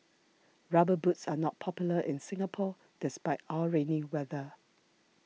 rubber boots are not popular in Singapore despite our rainy weather